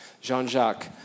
Jean-Jacques